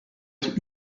être